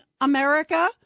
America